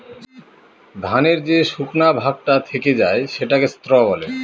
ধানের যে শুকনা ভাগটা থেকে যায় সেটাকে স্ত্র বলে